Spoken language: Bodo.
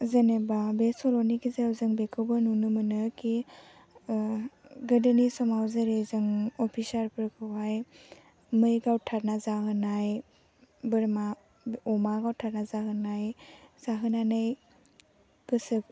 जेनेबा बे सल'नि गेजेरजों बेखौबो नुनो मोनो खि गोदोनि समाव जेरै जों अफिसारफोरखौहाय मै गावथारना जाहोनाय बोरमा अमा गावथारना जाहोनाय जाहोनानै गोसो